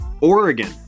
Oregon